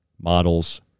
models